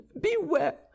beware